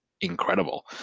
incredible